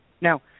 Now